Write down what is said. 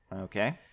Okay